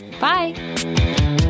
Bye